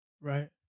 Right